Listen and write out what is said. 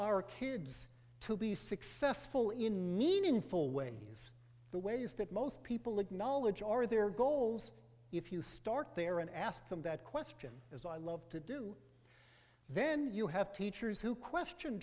our kids to be successful in meaningful ways the ways that most people acknowledge are their goals if you start there and ask them that question as i love to do then you have teachers who question